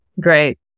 Great